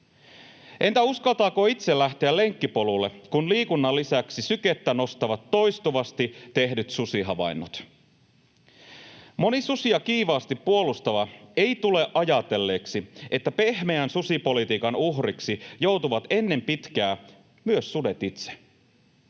Entä uskaltaako itse lähteä lenkkipolulle, kun liikunnan lisäksi sykettä nostavat toistuvasti tehdyt susihavainnot? Moni susia kiivaasti puolustava ei tule ajatelleeksi, että pehmeän susipolitiikan uhriksi joutuvat ennen pitkää myös sudet itse.